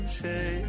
say